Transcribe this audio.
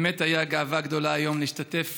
באמת הייתה גאווה גדולה היום להשתתף